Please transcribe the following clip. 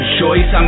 choice